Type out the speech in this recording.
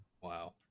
wow